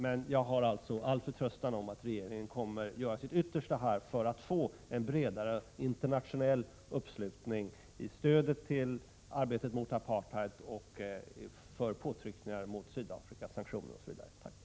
Men jag har alltså all förtröstan om att regeringen kommer att göra sitt yttersta för att få en bredare internationell uppslutning för stöd till arbetet mot apartheid och för påtryckningar mot Sydafrika — sanktioner osv.